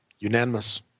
unanimous